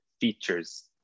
features